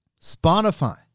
Spotify